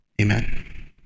Amen